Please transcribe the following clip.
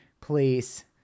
please